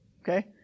Okay